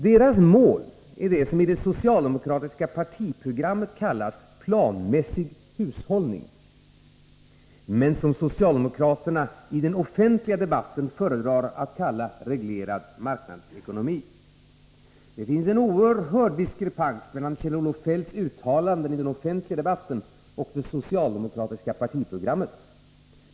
Deras mål är det som i socialdemokraternas partiprogram kallas ”planmässig hushållning”,men som socialdemokraterna i den offentliga debatten föredrar att kalla ”reglerad marknadsekonomi”. Det finns en oerhörd diskrepans mellan Kjell-Olof Feldts uttalanden i den offentliga debatten och det socialdemokratiska partiprogrammet.